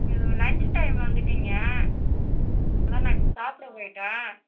இது லன்ச்சு டைமில் வந்துவிட்டீங்க அதான் நான் இப்போ சாப்பிட போயிட்டேன்